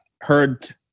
heard